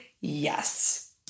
yes